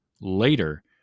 later